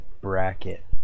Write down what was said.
bracket